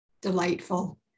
delightful